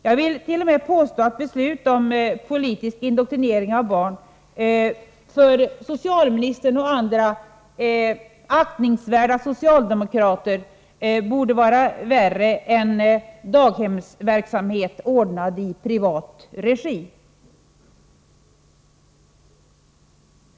Jag vill t.o.m. påstå att beslut om politisk indoktrinering av barn för Sten Andersson och andra aktningsvärda socialdemokrater borde vara värre än daghemsverksamhet ordnad i privat regi.